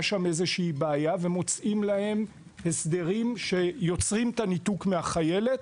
שם איזושהי בעיה ומוצאים להם הסדרים שיוצרים את הניתוק מהחיילת,